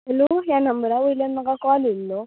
hello ह्या नंबरा वयल्यान म्हाका कॉल येल्लो